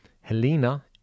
Helena